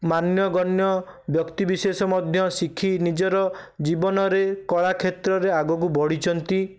ମାନ୍ୟଗନ୍ୟ ବ୍ୟକ୍ତିବିଶେଷ ମଧ୍ୟ ଶିଖି ନିଜର ଜୀବନରେ କଳା କ୍ଷେତ୍ରରେ ଆଗକୁ ବଢ଼ିଛନ୍ତି